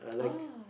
ah